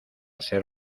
ser